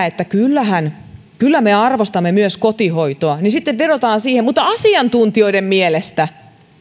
että kyllä me arvostamme myös kotihoitoa niin sitten vedotaan siihen että mutta asiantuntijoiden mielestä